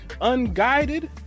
unguided